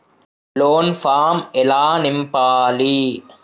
Loan form ఎలా నింపాలి?